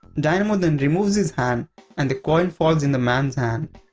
dynamo then removes his hand and the coin falls in the man's hand.